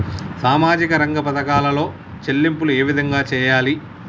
సామాజిక రంగ పథకాలలో చెల్లింపులు ఏ విధంగా చేయాలి?